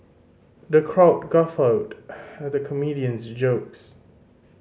the crowd guffawed at the comedian's jokes